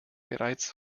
bereits